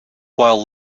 while